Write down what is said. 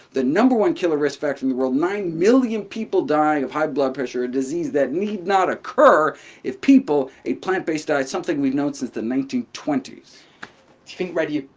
the number one killer risk factor in the world, nine million people die of high blood pressure, a disease that need not occur if people ate plant-based diets, something we've known since the nineteen twenty s. do you think ready, ah,